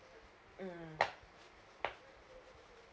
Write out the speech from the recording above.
mm